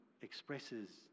expresses